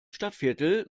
stadtviertel